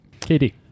KD